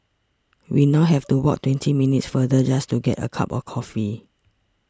we now have to walk twenty minutes farther just to get a cup of coffee